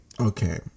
okay